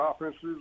offenses